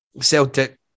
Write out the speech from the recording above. Celtic